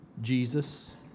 Jesus